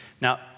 Now